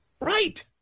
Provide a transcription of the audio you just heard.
Right